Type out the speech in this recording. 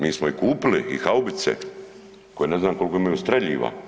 Mi smo i kupili i haubice koje ne znam koliko imaju streljiva.